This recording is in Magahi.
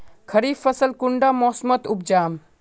खरीफ फसल कुंडा मोसमोत उपजाम?